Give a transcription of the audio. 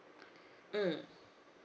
mm